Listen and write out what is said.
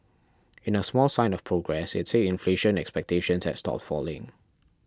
in a small sign of progress it said inflation expectations had stopped falling